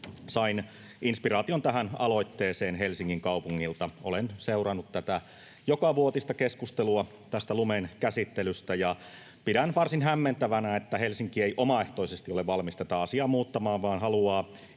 Sain inspiraation tähän aloitteeseen Helsingin kaupungilta. Olen seurannut tätä jokavuotista keskustelua lumen käsittelystä ja pidän varsin hämmentävänä, että Helsinki ei omaehtoisesti ole valmis tätä asiaa muuttamaan vaan haluaa